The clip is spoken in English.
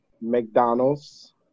McDonald's